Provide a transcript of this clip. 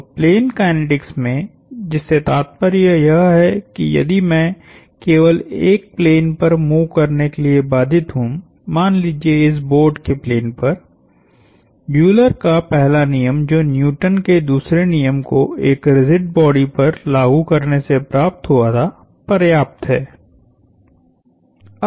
तो plane kinetics में जिससे तात्पय यह है कि यदि मैं केवल एक प्लेन पर मूव करने के लिए बाधित हूं मान लीजिये इस बोर्ड के प्लेन पर यूलर का पहला नियम जो न्यूटन के दूसरे नियम को एक रिजिड बॉडी पर लागू करने से प्राप्त हुआ था पर्याप्त है